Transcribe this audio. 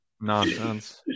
Nonsense